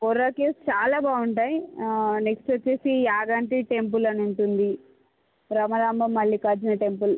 Borra caves చాలా బాగుంటాయి next వచ్చి యాగంటి టెంపుల్ అని ఉంటుంది భ్రమరాంభ మల్లికార్జున టెంపుల్